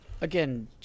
Again